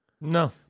No